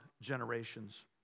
generations